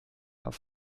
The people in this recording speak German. auf